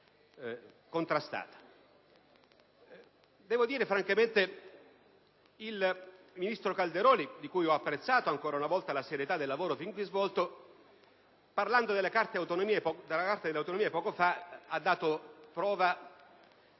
Francamente il ministro Calderoli, di cui ho apprezzato ancora una volta la serietà per il lavoro fin qui svolto, parlando della Carta delle autonomie poco fa ha dato prova